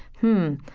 hmm,